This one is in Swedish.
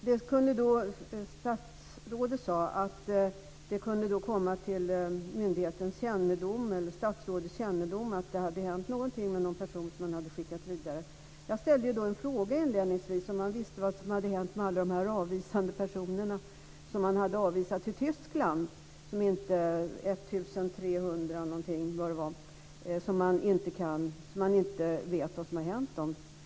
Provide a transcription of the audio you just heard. Fru talman! Statsrådet sade att det kunde komma till myndighetens eller statsrådets kännedom att det hade hänt någonting med någon person som man hade skickat vidare. Jag ställde en fråga inledningsvis om huruvida man visste vad som hade hänt med alla de personer som man hade avvisat till Tyskland - ca 1 300 personer. Man vet inte vad som har hänt dem.